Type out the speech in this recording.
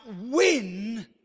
win